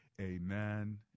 amen